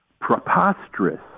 preposterous